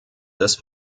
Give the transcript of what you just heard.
des